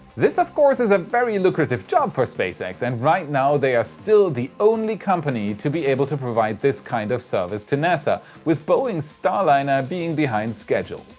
this of course is a very lucrative job for spacex and right now they're still the only company to be able to provide this kind of service to nasa with boeings starliner being behind schedule.